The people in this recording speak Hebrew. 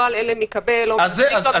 לא על אלה --- הם יונחו,